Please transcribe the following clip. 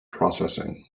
processing